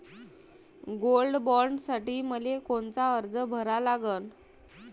Gold बॉण्डसाठी मले कोनचा अर्ज भरा लागन?